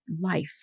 life